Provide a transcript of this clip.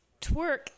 Twerk